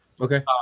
Okay